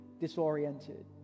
disoriented